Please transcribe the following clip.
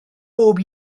bob